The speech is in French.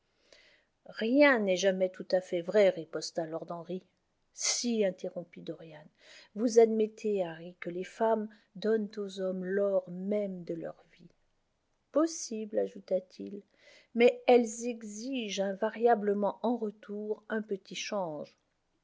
rien n'est jamais tout à fait vrai riposta lord henry si interrompit dorian vous admettez harry que les femmes donnent aux hommes l'or même de leur vie possible ajouta-t-il mais elles exigent invariablement en retour un petit change